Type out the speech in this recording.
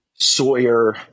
Sawyer